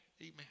Amen